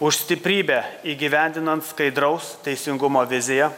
už stiprybę įgyvendinant skaidraus teisingumo viziją